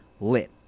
lit